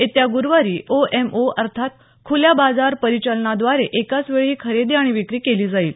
येत्या गुरुवारी ओएमओ अर्थात खुल्या बाजार परिचलनाद्वारे एकाच वेळी ही खरेदी आणि विक्री केली जाईल